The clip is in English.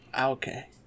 Okay